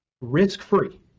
risk-free